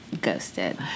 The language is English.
ghosted